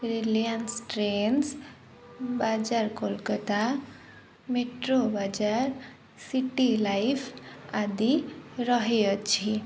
Reliance Trends Bazaar Kolkata Metro Bazaar City Life ଆଦି ରହିଅଛି